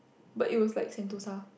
but it was like Sentosa